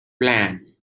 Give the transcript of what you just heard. plan